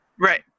Right